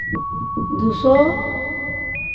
ᱫᱩ ᱥᱳ